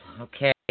Okay